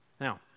Now